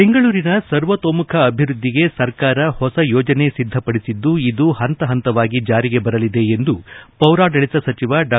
ಬೆಂಗಳೂರಿನ ಸರ್ವತೋಮುಖ ಅಭಿವೃದ್ದಿಗೆ ಸರ್ಕಾರ ಹೊಸ ಯೋಜನೆ ಸಿದ್ದಪಡಿಸಿದ್ದು ಇದು ಹಂತ ಹಂತವಾಗಿ ಜಾರಿಗೆ ಬರಲಿದೆ ಎಂದು ಪೌರಾಡಳಿತ ಸಚಿವ ಡಾ